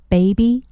Baby